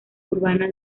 urbana